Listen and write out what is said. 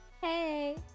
Hey